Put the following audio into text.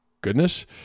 goodness